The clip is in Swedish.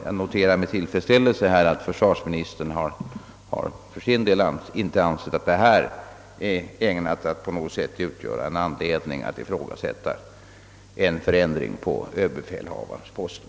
Jag noterar med tillfredsställelse att försvarsministern för sin del inte anser det inträffade utgöra skäl att ifrågasätta en personförändring på överbefälhavarposten.